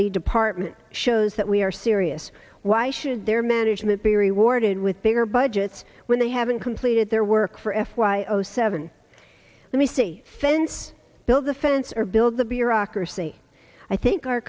the department shows that we are serious why should their management be rewarded with bigger budgets when they haven't completed their work for f y o seven let me see fence build the fence or build the bureaucracy i think our